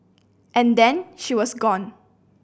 and then she was gone